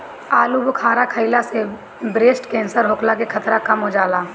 आलूबुखारा खइला से ब्रेस्ट केंसर होखला के खतरा कम हो जाला